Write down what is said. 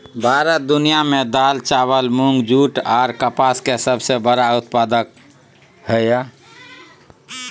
भारत दुनिया में दाल, चावल, दूध, जूट आर कपास के सबसे बड़ा उत्पादक हय